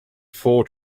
four